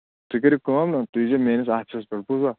تُہۍ کٔرِو کٲم نہ تُہۍ ییٖزیو میٲنِس آفسَس پٮ۪ٹھ بوٗزوا